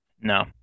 No